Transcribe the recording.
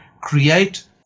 create